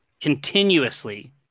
continuously